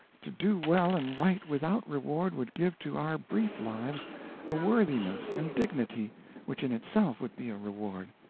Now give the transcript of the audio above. to do well and right without reward would give to our brief lives a worthiness and dignity which in itself would be a reward.